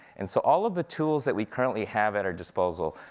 and so all of the tools that we currently have at our disposal,